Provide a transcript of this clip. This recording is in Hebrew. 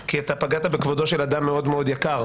כי אתה פגעת בכבודו של אדם מאוד מאוד יקר.